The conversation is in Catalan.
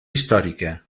històrica